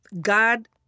God